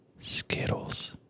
skittles